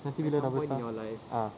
let you learn other stuff ah